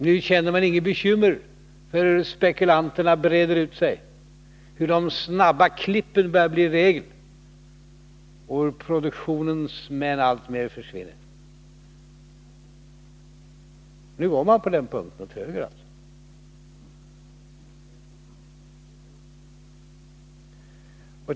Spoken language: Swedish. Nu känner man inga bekymmer över hur spekulanterna breder ut sig, hur de snabba klippen börjar bli regel och hur produktionens män alltmer försvinner. Nu går man på den punkten åt höger.